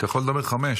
יכול לדבר חמש,